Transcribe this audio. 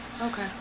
Okay